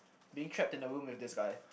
being trapped in a room with this guy